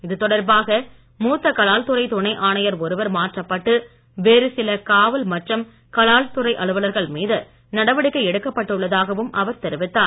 இது தொடர்பாக மூத்த கலால் துறை துணை ஆணையர் ஒருவர் மாற்றப்பட்டு வேறு சில காவல் மற்றும் கலால் துறை அலுவலர்கள் மீது நடவடிக்கை எடுக்கப் பட்டுள்ளதாகவும் அவர் தெரிவித்தார்